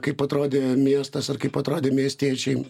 kaip atrodė miestas ar kaip atrodė miestiečiai